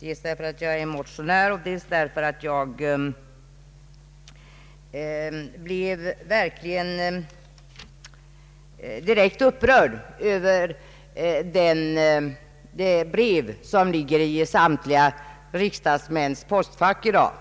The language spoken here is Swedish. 177, dels därför att jag är motionär, dels därför att jag blev direkt upprörd efter att ha läst det brev som låg i samtliga riksdagsmäns postfack i dag.